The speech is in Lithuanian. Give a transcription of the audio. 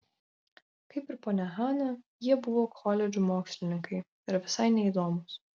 kaip ir ponia hana jie buvo koledžų mokslininkai ir visai neįdomūs